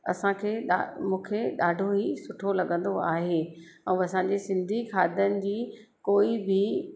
असांखे डा मूंखे ॾाढो ई सुठो लॻंदो आहे ऐं असांजे सिंधी खाधनि जी कोई बि